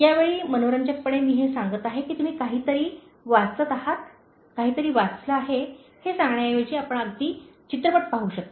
या वेळी मनोरंजकपणे मी हे सांगत आहे की तुम्ही काहीतरी वाचत आहात काहीतरी वाचले आहे हे सांगण्याऐवजी आपण अगदी चित्रपट पाहू शकता